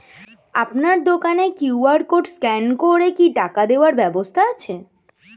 আপনার দোকানে QR code scan করে কি টাকা দেওয়ার ব্যবস্থা আছে?